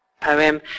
poem